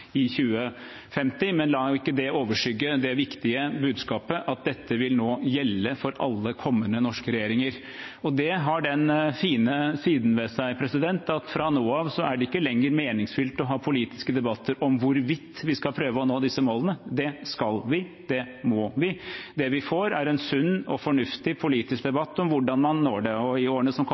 i 2050, men la ikke det overskygge det viktige budskapet, at dette nå vil gjelde for alle kommende norske regjeringer. Det har den fine siden ved seg at fra nå av er det ikke lenger meningsfylt å ha politiske debatter om hvorvidt vi skal prøve å nå disse målene – det skal vi, det må vi. Det vi får, er en sunn og fornuftig politisk debatt om hvordan man når dem. I årene som